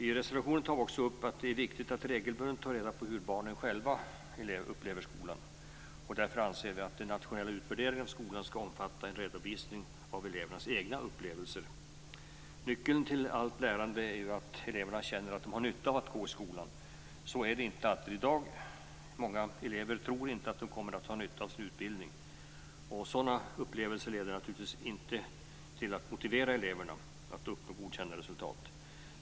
I reservationen tar vi också upp att det är viktigt att regelbundet ta reda på hur barnen själva upplever skolan. Därför anser vi att den nationella utvärderingen av skolan skall omfatta en redovisning av elevernas egna upplevelser. Nyckeln till allt lärande är att eleverna känner att de har nytta av att gå i skolan. Så är det inte alltid i dag. Många elever tror inte att de kommer att ha nytta av sin utbildning. Sådana upplevelser leder inte till att motivera eleverna att uppnå godkända resultat.